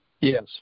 Yes